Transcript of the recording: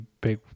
big